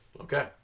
Okay